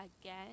again